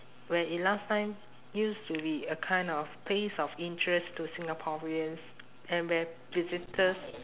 where it last time used to be a kind of place of interest to singaporeans and where visitors